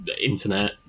Internet